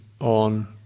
on